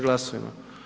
Glasujmo.